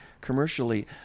commercially